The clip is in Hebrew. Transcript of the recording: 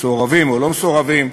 מסוערבים או לא מסוערבים,